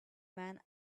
man